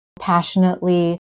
passionately